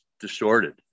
distorted